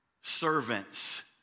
servants